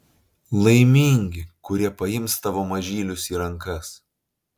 laimingi kurie paims tavo mažylius į rankas